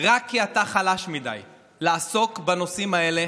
רק כי אתה חלש מדי לעסוק בנושאים האלה